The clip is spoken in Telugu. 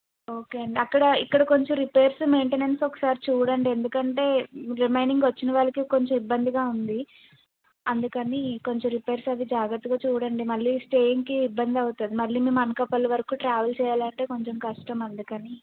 ఓకేండీ అక్కడ ఇక్కడ కొంచెం రిపేర్స్ మెయిన్టెనెన్స్ ఒకసారి చూడండి ఎందుకంటే రిమయినింగ్ వచ్చిన వాళ్ళకి కొంచెం ఇబ్బందిగా ఉంది అందుకని కొంచెం రిపేర్స్ అవి జాగ్రత్తగా చూడండి మళ్ళీ స్టేయింగ్కి ఇబ్బంది అవుతుంది మళ్ళీ మేము అనకాపల్లి వరకు ట్రావెల్ చెయ్యాలంటే కొంచెం కష్టం అందుకని